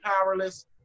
powerless